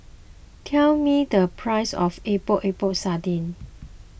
tell me the price of Epok Epok Sardin